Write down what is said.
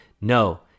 No